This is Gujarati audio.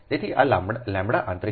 તેથી આλઆંતરિક